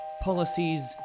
Policies